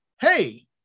hey